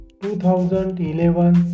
2011